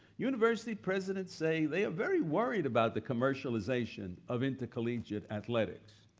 university presidents say they are very worried about the commercialization of intercollegiate athletics.